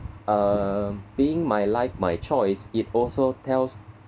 uh being my life my choice it also tells